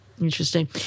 Interesting